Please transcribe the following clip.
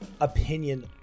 opinion